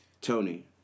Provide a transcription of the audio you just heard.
Tony